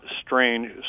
strange